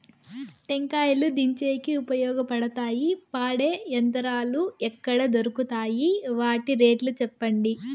టెంకాయలు దించేకి ఉపయోగపడతాయి పడే యంత్రాలు ఎక్కడ దొరుకుతాయి? వాటి రేట్లు చెప్పండి?